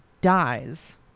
dies